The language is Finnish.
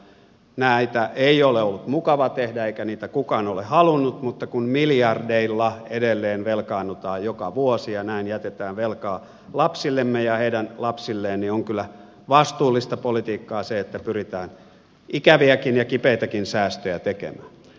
näitä ei ole ollut mukava tehdä eikä niitä kukaan ole halunnut mutta kun miljardeilla edelleen velkaannutaan joka vuosi ja näin jätetään velkaa lapsillemme ja heidän lapsilleen niin on kyllä vastuullista politiikkaa se että pyritään ikäviäkin ja kipeitäkin säästöjä tekemään